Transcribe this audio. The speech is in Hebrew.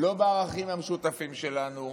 לא בערכים המשותפים שלנו.